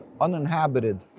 uninhabited